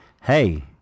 hey